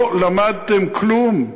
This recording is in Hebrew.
לא למדתם כלום?